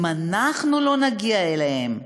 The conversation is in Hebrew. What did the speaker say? אם אנחנו לא נגיע אליהם,